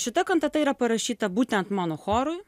šita kantata yra parašyta būtent mano chorui